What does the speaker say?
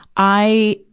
i,